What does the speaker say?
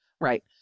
Right